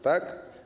Tak?